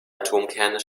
atomkerne